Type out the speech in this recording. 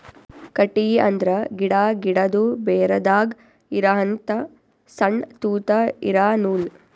ಕಟ್ಟಿಗಿ ಅಂದ್ರ ಗಿಡಾ, ಗಿಡದು ಬೇರದಾಗ್ ಇರಹಂತ ಸಣ್ಣ್ ತೂತಾ ಇರಾ ನೂಲ್